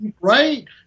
right